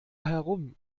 herum